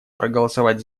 проголосовать